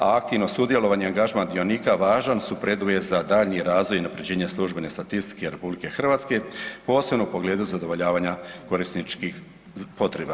A aktivno sudjelovanje i angažman dionika važan su preduvjet za daljnji razvoj i unaprjeđenje službene statistike RH, posebno u pogledu zadovoljavanja korisničkih potreba.